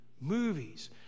movies